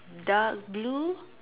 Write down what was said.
dark blue